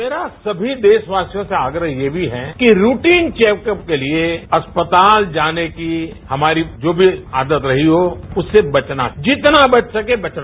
मेरा सभी देशवासियों से आग्रह यह भी है कि रूटीन चैकअप के लिए अस्पताल जाने की हमारी जो भी आदत रही हो उससे बचना जितना बच सके बचना